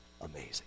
Amazing